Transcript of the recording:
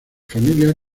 familia